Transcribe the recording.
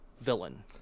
villain